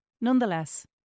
Nonetheless